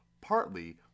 partly